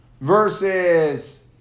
versus